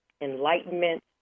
enlightenment